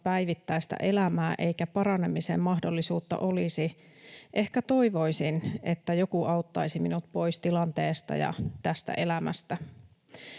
päivittäistä elämää eikä paranemisen mahdollisuutta olisi, ehkä toivoisin, että joku auttaisi minut pois tilanteesta ja tästä elämästä.